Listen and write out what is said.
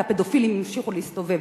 כי הפדופילים ימשיכו להסתובב,